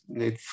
need